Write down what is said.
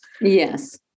Yes